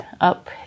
up